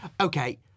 Okay